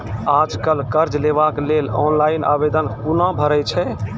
आज कल कर्ज लेवाक लेल ऑनलाइन आवेदन कूना भरै छै?